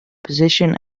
position